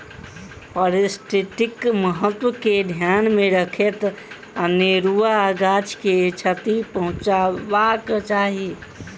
पारिस्थितिक महत्व के ध्यान मे रखैत अनेरुआ गाछ के क्षति पहुँचयबाक चाही